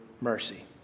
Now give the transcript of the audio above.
mercy